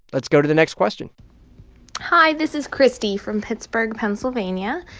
let's go to the next question hi, this is christy from pittsburgh, pa. um sort of and yeah